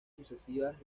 sucesivas